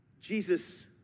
Jesus